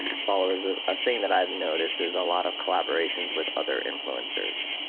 followers ah a thing that i've noticed is a lot of collaborations with other influencers.